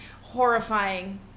horrifying